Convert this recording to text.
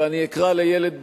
ואני אקרא לילד בשמו,